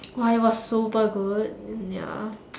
!wah! it was super good ya